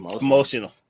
Emotional